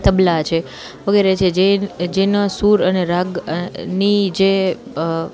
તબલાં છે વગેરે છે જે જેના સૂર અને રાગ ની જે